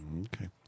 Okay